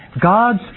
God's